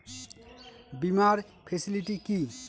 বীমার ফেসিলিটি কি?